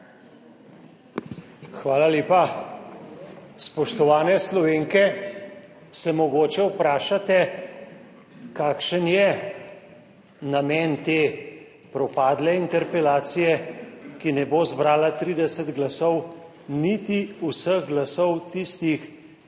Hvala lepa. Spoštovane Slovenke, se mogoče vprašate, kakšen je namen te propadle interpelacije, ki ne bo zbrala 30 glasov, niti vseh glasov tistih,